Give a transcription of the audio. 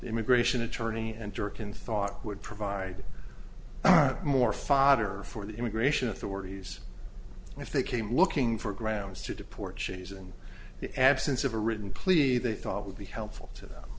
immigration attorney and durkin thought would provide more fodder for the immigration authorities if they came looking for grounds to deport cheese in the absence of a written pleas they thought would be helpful to th